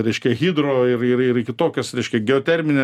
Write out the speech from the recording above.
reiškia hidro ir ir ir kitokias reiškia geoterminę